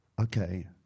okay